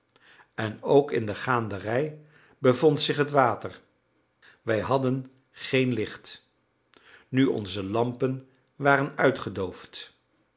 en ook in de gaanderij bevond zich het water wij hadden geen licht nu onze lampen waren uitgedoofd